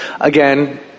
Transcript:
Again